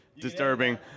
disturbing